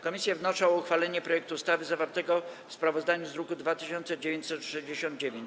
Komisje wnoszą o uchwalenie projektu ustawy zawartego w sprawozdaniu z druku nr 2969.